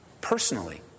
personally